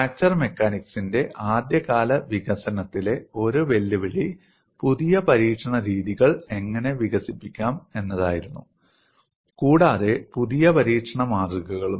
fracture മെക്കാനിക്സിന്റെ ആദ്യകാല വികസനത്തിലെ ഒരു വെല്ലുവിളി പുതിയ പരീക്ഷണ രീതികൾ എങ്ങനെ വികസിപ്പിക്കാം എന്നതായിരുന്നു കൂടാതെ പുതിയ പരീക്ഷണ മാതൃകകളും